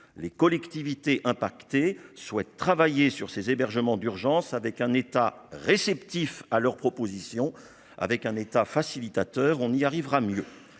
les collectivités souhaite travailler sur ces hébergements d'urgence avec un État réceptif à leurs propositions, avec un État facilitateur, on y arrivera mieux